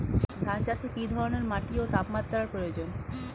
ধান চাষে কী ধরনের মাটি ও তাপমাত্রার প্রয়োজন?